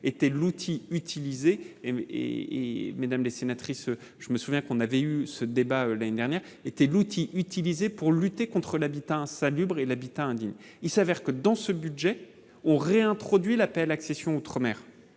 était l'outil utilisé et et mesdames les sénatrices, je me souviens qu'on avait eu ce débat l'année dernière était l'outil utilisé pour lutter contre l'habitat insalubre et l'habitat indigne, il s'avère que, dans ce budget, on réintroduit l'appel accession Outre-Mer,